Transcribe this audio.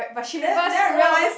then then I realise